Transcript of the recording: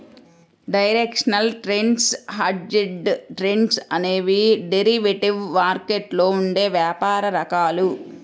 directional trades, hedged trades అనేవి derivative మార్కెట్లో ఉండే వ్యాపార రకాలు